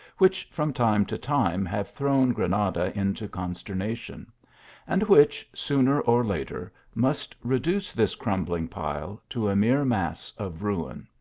which from time to time have thrown granada into consternation and which, sooner or later, must re duce this crumbling pile to a mere mass of ruin.